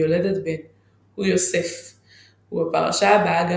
ואף היא יולדת שני בנים,